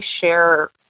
share